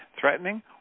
threatening